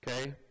Okay